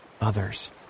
others